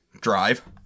drive